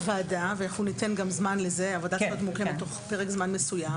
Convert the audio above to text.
הוועדה הזו מוקמת תוך פרק זמן מסוים,